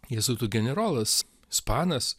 jėzuitų generolas ispanas